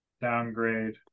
downgrade